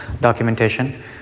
documentation